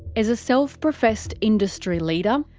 as a self-professed industry leader,